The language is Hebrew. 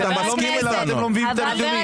אתם לא מביאים את הנתונים.